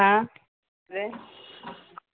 ആ അതെ